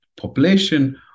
population